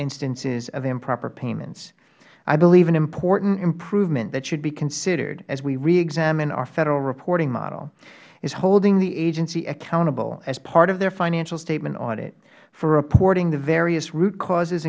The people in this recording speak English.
instances of improper payments i believe an important improvement that should be considered as we reexamine our federal reporting model is holding the agency accountable as part of their financial statement audit for reporting the various root causes